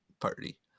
party